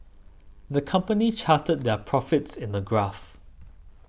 the company charted their profits in a graph